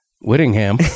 whittingham